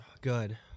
Good